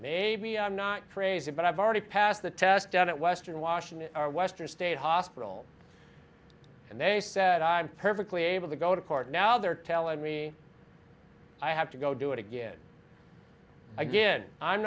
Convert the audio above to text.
maybe i'm not crazy but i've already passed the test down at western washington or western state hospital and they said i'm perfectly able to go to court now they're telling me i have to go do it again again i'm